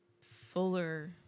fuller